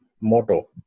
motto